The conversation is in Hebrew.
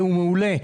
והוא מעולה,